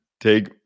take